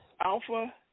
Alpha